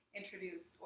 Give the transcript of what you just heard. introduce